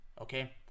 Okay